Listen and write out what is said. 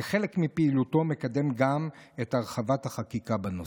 וכחלק מפעילותו מקדם גם את הרחבת החקיקה בנושא.